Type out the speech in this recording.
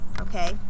okay